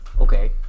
okay